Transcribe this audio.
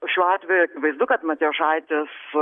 šiuo atveju akivaizdu kad matijošaitis